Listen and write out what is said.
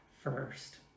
first